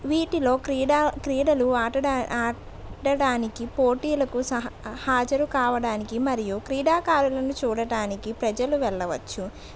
వీటిలో క్రీడా క్రీడలు ఆటడా ఆడడానికి పోటీలకు స హాజరు కావడానికి మరియు క్రీడాకారులను చూడటానికి ప్రజలు వెళ్ళవచ్చు